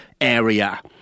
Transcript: area